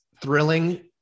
thrilling